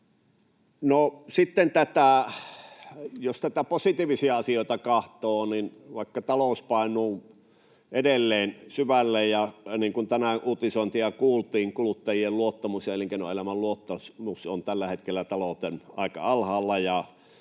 jos näitä positiivisia asioita katsoo, niin vaikka talous painuu edelleen syvälle — ja niin kuin tänään uutisointia kuultiin, kuluttajien ja elinkeinoelämän luottamus talouteen on tällä hetkellä aika alhaalla